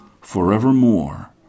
forevermore